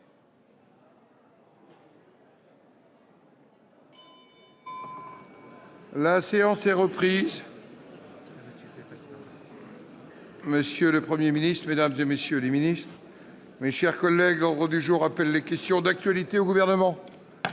La séance est reprise. Monsieur le Premier ministre, mesdames, messieurs les ministres, mes chers collègues, l'ordre du jour appelle les réponses à des questions d'actualité au Gouvernement.